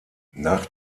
nach